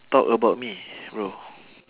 talk about me bro